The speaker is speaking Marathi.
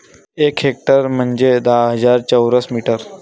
एक हेक्टर म्हंजे दहा हजार चौरस मीटर